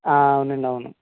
అవునండి అవును